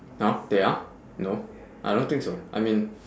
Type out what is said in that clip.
now they are no I don't think so I mean